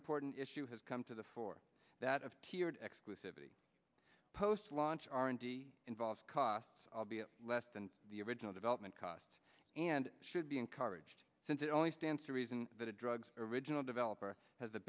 important issue has come to the fore that of tiered exclusivity post launch r and d involves costs will be less than the original development cost and should be encouraged since it only stands to reason that a drug's original developer has the